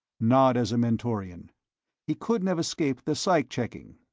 not as a mentorian he couldn't have escaped the psych-checking.